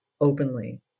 openly